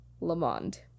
Lamond